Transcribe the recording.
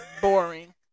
boring